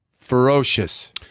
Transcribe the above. ferocious